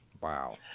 Wow